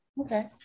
Okay